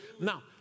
Now